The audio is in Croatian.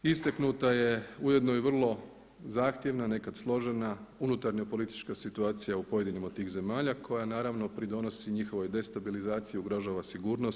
Istaknuta je ujedno i vrlo zahtjevna, nekad složena unutarnja politička situacija u pojedinim od tih zemalja koja naravno pridonosi njihovoj destabilizaciji, ugrožava sigurnost.